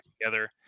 together